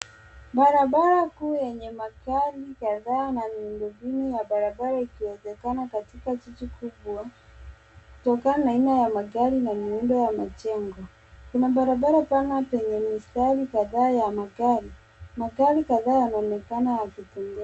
Barabara kuu yenye magari ya kaa na miundombinu ya barabara ikionekana katika jiji kubwa kutokana na aina ya magari na miundo ya majengo. Kuna barabara pana zenye mistari kadhaa ya magari. Magari kadhaa yanaonekana yakikimbia.